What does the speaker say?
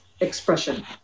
Expression